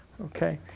Okay